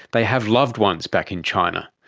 they have loved ones back in china.